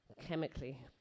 chemically